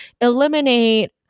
eliminate